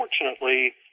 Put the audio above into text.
Unfortunately